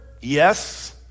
Yes